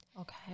Okay